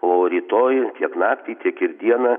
o rytoj tiek naktį tiek ir dieną